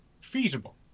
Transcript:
feasible